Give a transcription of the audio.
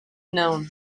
known